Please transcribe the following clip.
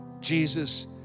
Jesus